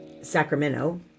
Sacramento